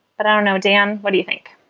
but i don't know. dan, what do you think?